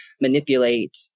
manipulate